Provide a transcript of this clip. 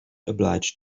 obliged